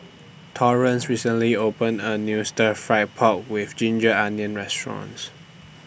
Torrence recently opened A New Stir Fried Pork with Ginger Onions Restaurant